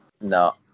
no